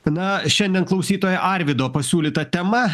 na šiandien klausytojo arvydo pasiūlyta tema